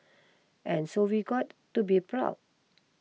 and so we've got to be proud